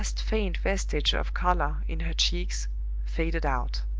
the last faint vestige of color in her cheeks faded out.